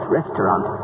restaurant